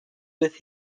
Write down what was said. with